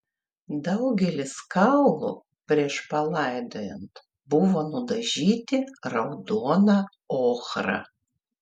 daugelis kaulų prieš palaidojant buvo nudažyti raudona ochra